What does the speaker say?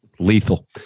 Lethal